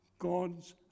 God's